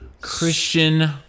Christian